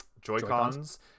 Joy-Cons